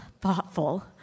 thoughtful